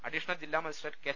additional ജില്ലാ magistrate K